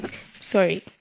sorry